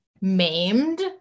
maimed